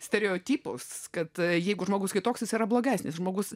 stereotipus kad jeigu žmogus kitoks jis yra blogesnis žmogus